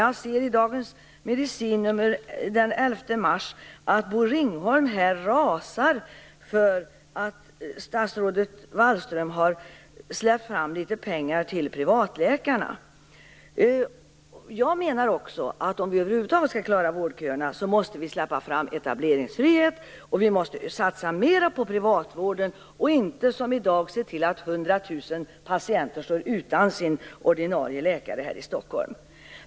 I Dagens Medicin från den 11 mars rasar Bo Ringholm på grund av att statsrådet Wallström har släppt fram litet pengar till privatläkarna. Om vi över huvud taget skall klara av vårdköerna måste vi släppa fram etableringsfrihet. Vi måste satsa mer på privatvården, så att inte som i dag i Stockholm 100 000 patienter skall stå utan en ordinarie läkare.